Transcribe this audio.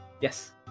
Yes